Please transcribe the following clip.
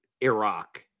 Iraq